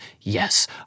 Yes